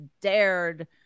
dared